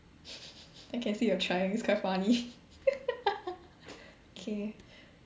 I can see you're trying it's quite funny kay